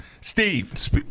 Steve